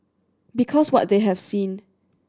because what they have seen